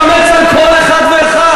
אני אתאמץ על כל אחד ואחד.